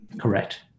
Correct